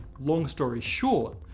long story short,